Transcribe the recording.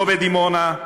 לא בדימונה,